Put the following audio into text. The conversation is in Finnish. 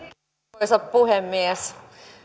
arvoisa puhemies